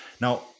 Now